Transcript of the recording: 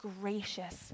gracious